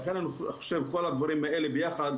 לכן אני חושב שכל הדברים האלה ביחד,